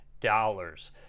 dollars